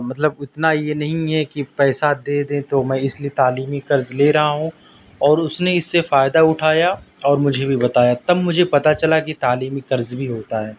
مطلب اتنا یہ نہیں ہے کہ پیسہ دے دیں تو میں اس لیے تعلیمی قرض لے رہا ہوں اور اس نے اس سے فائدہ اٹھایا اور مجھے بھی بتایا تب مجھے پتا چلا کہ تعلیمی قرض بھی ہوتا ہے